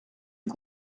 eût